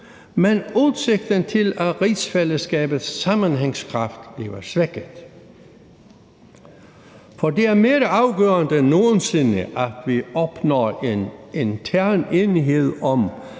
men udsigten til, at rigsfællesskabets sammenhængskraft bliver svækket. For det er mere afgørende end nogensinde, at vi opnår en intern enighed om